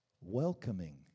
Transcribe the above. welcoming